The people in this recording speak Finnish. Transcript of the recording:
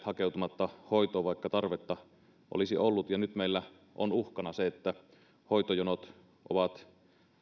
hakeutumatta hoitoon vaikka tarvetta olisi ollut ja nyt meillä on uhkana se että hoitojonot ovat